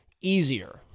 easier